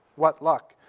what luck.